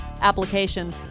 Application